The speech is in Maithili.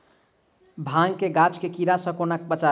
भांग केँ गाछ केँ कीड़ा सऽ कोना बचाबी?